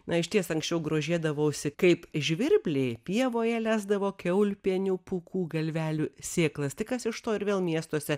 na išties anksčiau grožėdavausi kaip žvirbliai pievoje lesdavo kiaulpienių pūkų galvelių sėklas tik kas iš to ir vėl miestuose